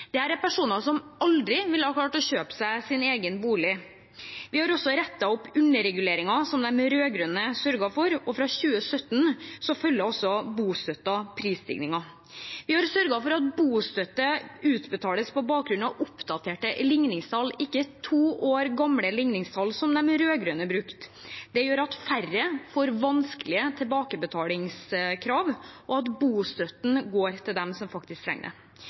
egen bolig. Vi har også rettet opp underreguleringer som de rød-grønne sørget for, og fra 2017 følger også bostøtten prisstigningen. Vi har sørget for at bostøtte utbetales på bakgrunn av oppdaterte ligningstall, ikke to år gamle ligningstall, som de rød-grønne brukte. Det gjør at færre får vanskelige tilbakebetalingskrav, og at bostøtten går til dem som faktisk